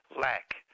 lack